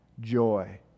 joy